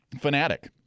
fanatic